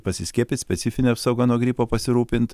pasiskiepyt specifine apsauga nuo gripo pasirūpint